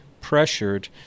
pressured